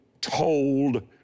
told